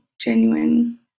genuine